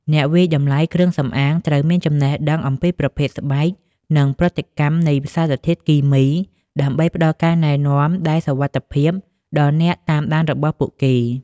អ្នកវាយតម្លៃគ្រឿងសម្អាងត្រូវមានចំណេះដឹងអំពីប្រភេទស្បែក និងប្រតិកម្មនៃសារធាតុគីមី ដើម្បីផ្តល់ការណែនាំដែលសុវត្ថិភាពដល់អ្នកតាមដានរបស់ពួកគេ។